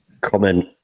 comment